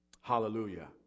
hallelujah